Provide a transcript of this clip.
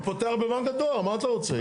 הוא פותח בבנק הדואר, מה אתה רוצה?